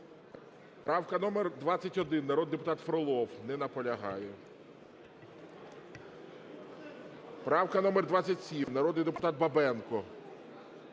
Правка номер 21, народний депутат Фролов. Не наполягає. Правка номер 27, народний депутат Бабенко.